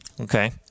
Okay